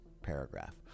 Paragraph